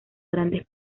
grandes